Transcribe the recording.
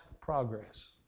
progress